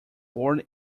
born